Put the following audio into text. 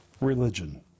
religion